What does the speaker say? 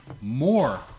more